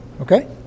Okay